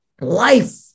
life